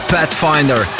Pathfinder